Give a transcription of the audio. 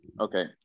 okay